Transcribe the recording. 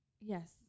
Yes